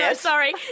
Sorry